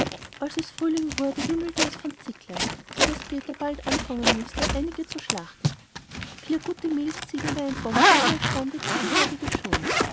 als es frühling wurde wimmelte es von zicklein so daß peter bald anfangen mußte einige zu schlachten vier gute milchziegen und ein bock wurden als stamm der ziegenherde geschont